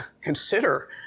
consider